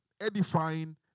edifying